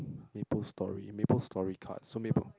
Maplestory Maplestory cards so maple